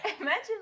Imagine